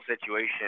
situation